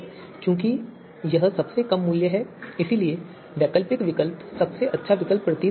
चूंकि यह सबसे कम मूल्य है इसलिए वैकल्पिक विकल्प सबसे अच्छा विकल्प प्रतीत होता है